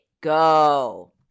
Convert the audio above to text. go